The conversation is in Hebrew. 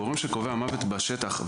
הגורם שקובע מוות בשטח,